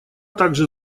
также